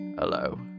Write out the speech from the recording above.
Hello